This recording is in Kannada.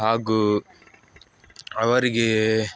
ಹಾಗೂ ಅವರಿಗೆ